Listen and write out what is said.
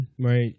right